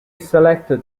selected